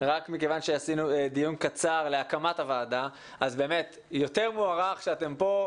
רק מכיוון שעשינו דיון קצר להקמת הוועדה אז אפילו מוערך יותר שאתם פה.